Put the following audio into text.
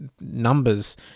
numbers